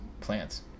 plants